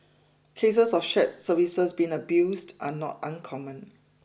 cases of shared services being abused are not uncommon